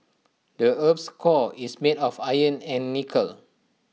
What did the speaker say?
the Earth's core is made of iron and nickel